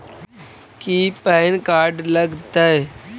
की PAN card लग तै?